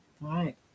Right